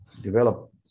develop